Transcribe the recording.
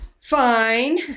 fine